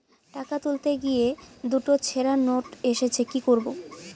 টাকা তুলতে গিয়ে দুটো ছেড়া নোট এসেছে কি করবো?